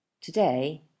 today